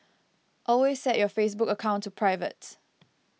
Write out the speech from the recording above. always set your Facebook account to private